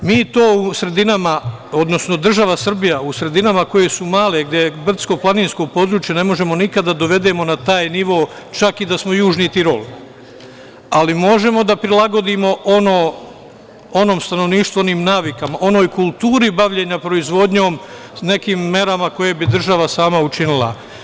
Mi to u sredinama, odnosno država Srbija u sredinama koje su male, gde je brdsko-planinsko područje, ne možemo nikada da dovedemo na taj nivo čak i da smo Južni Tirol, ali možemo da prilagodimo onom stanovništvu, onim navikama, onoj kulturi bavljenja proizvodnjom nekim merama koje bi država sama učinila.